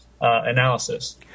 analysis